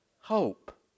hope